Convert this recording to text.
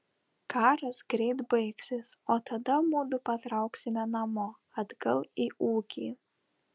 karas greit baigsis o tada mudu patrauksime namo atgal į ūkį